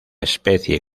especie